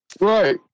Right